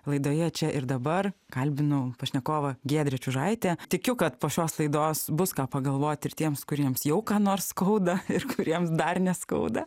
laidoje čia ir dabar kalbinau pašnekovą giedrė čiužaitė tikiu kad po šios laidos bus ką pagalvoti ir tiems kuriems jau ką nors skauda ir kuriems dar neskauda